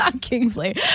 Kingsley